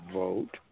vote